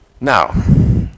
Now